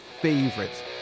favorites